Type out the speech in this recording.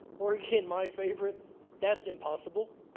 or again my favorite that's impossible!